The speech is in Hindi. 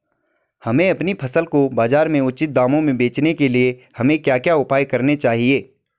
हमें अपनी फसल को बाज़ार में उचित दामों में बेचने के लिए हमें क्या क्या उपाय करने चाहिए?